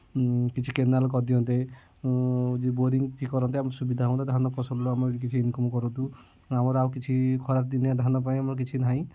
କିଛି କେନାଲ୍ କରି ଦିଅନ୍ତେ ଯେ ବୋରିଙ୍ଗ୍ ଯେ କରନ୍ତେ ଆମକୁ ସୁବିଧା ହୁଅନ୍ତା ଧାନ ଫସଲରୁ ଆମେ ବି କିଛି ଇନକମ୍ କରନ୍ତୁ ଆମର ଆଉ କିଛି ଖରାଦିନିଆ ଧାନ ପାଇଁ ଆମର କିଛି ନାହିଁ